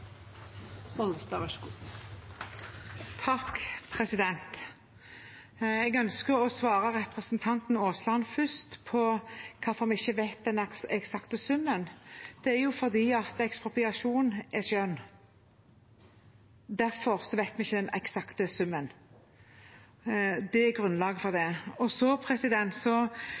Jeg ønsker å svare representanten Aasland først på hvorfor vi ikke vet den eksakte summen. Det er fordi ekspropriasjon er skjønn. Derfor vet vi ikke den eksakte summen. Det er grunnlaget for det. Så ble det også sagt fra talerstolen – jeg tror det var representanten Pollestad som sa det, og